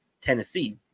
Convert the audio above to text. Tennessee